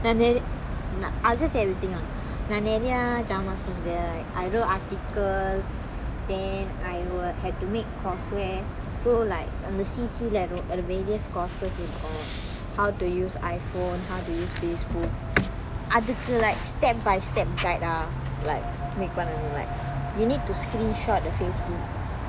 நான் நெறை:naan nerai I will just say anything lah நான் நெறைய ஜாமான் செஞ்ச:naan neraya jaman senja I wrote article then I will had to make courseware so like on the cc at the various courses இருக்கும்:irukkkum how to use iphone how to use facebook அதுக்கு:athukku like step by step guide lah like make பண்ணனும்:pannanum like you need to screenshot the facebook